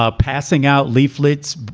ah passing out leaflets,